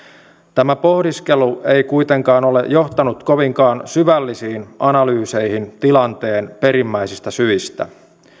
tämä pohdiskelu ei kuitenkaan ole johtanut kovinkaan syvällisiin analyyseihin tilanteen perimmäisistä syistä